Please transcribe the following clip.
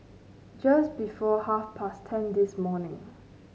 just before half past ten this morning